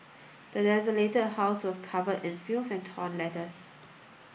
the desolated house was covered in filth and torn letters